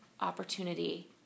opportunity